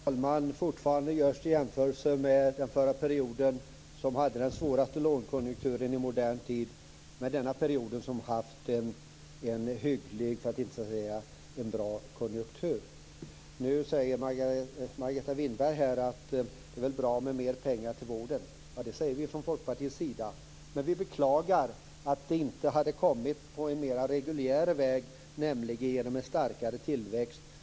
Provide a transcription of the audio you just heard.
Fru talman! Fortfarande görs det jämförelser av den förra perioden, då vi hade den svåraste långkonjunkturen i modern tid, med den här perioden då det varit en hygglig, för att inte säga, bra konjunktur. Nu säger Margareta Winberg att det är bra med mer pengar till vården. Det säger vi från Folkpartiets sida, men vi beklagar att det inte kom på en mer reguljär väg, nämligen genom en starkare tillväxt.